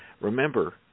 remember